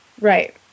Right